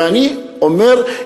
ואני אומר,